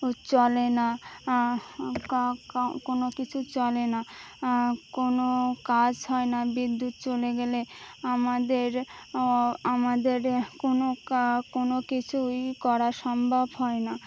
চলে না কোনো কিছু চলে না কোনো কাজ হয় না বিদ্যুৎ চলে গেলে আমাদের আমাদের কোনো কোনো কিছুই করা সম্ভব হয় না